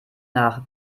nach